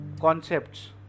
concepts